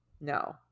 No